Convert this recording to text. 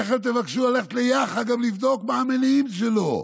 תכף תבקשו ללכת ליאח"ה גם לבדוק מה המניעים שלו.